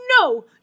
no